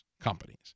companies